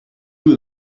who